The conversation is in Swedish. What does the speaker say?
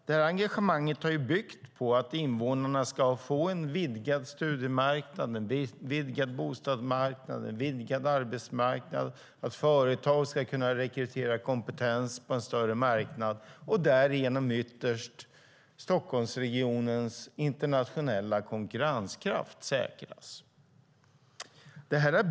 Detta engagemang har byggt på en tillit till att invånarna kommer att få en vidgad studiemarknad, en vidgad bostadsmarknad och en vidgad arbetsmarknad och till att företag kommer att kunna rekrytera kompetens på en större marknad, varigenom ytterst Stockholmsregionens internationella konkurrenskraft säkras.